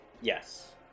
Yes